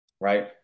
right